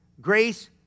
grace